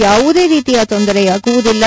ಯಾವುದೇ ರೀತಿಯ ತೊಂದರೆಯಾಗುವುದಿಲ್ಲ